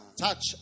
Touch